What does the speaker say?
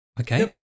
Okay